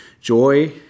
joy